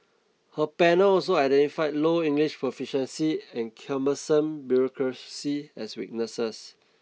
her panel also identified low English proficiency and cumbersome bureaucracy as weaknesses